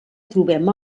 trobem